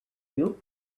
you